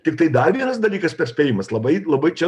tiktai dar vienas dalykas perspėjimas labai labai čia